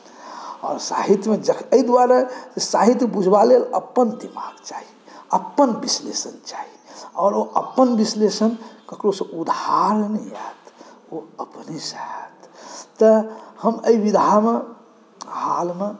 और साहित्यमे जँ एहि दुआरे साहित्य बुझबा लेल अपन दिमाग चाहीअपन विश्लेषण चाही और ओ अपन विश्लेषण ककरोसँ उधार नहि होएत ओ अपनेसँ आएत तऽ हम एहि विधामे हालमे